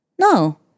no